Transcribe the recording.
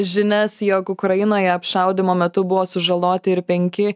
žinias jog ukrainoje apšaudymo metu buvo sužaloti ir penki